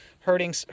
hurting